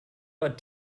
war